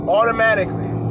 Automatically